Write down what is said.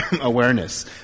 awareness